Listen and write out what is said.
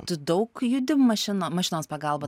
tu daug judi mašina mašinos pagalba